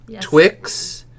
Twix